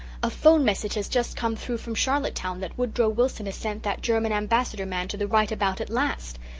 a phone message has just come through from charlottetown that woodrow wilson has sent that german ambassador man to the right about at last.